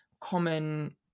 common